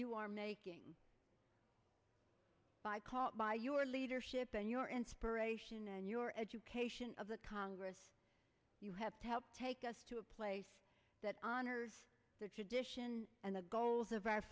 you are making by call it by your leadership and your inspiration and your education of the congress you have to help take us to a place that honors the tradition and the goals of our